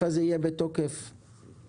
התשפ"ב-2021.